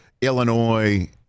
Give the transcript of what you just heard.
Illinois